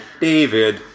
David